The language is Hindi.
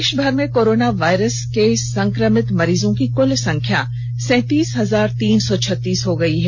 देषभर में कोरोना वायरस के संक्रमति मरीजों की कुल संख्या सैंतिस हजार तीन सौ छत्तीस हो गयी है